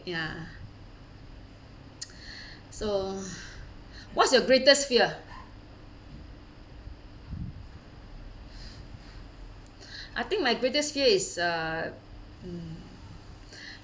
ya so what's your greatest fear I think my greatest fear is uh mm